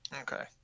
okay